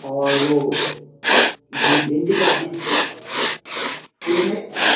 और वह भिन भिंडी के बीज को लेकर के उनमें आएँ